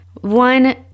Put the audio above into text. one